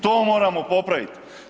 To moramo popravit.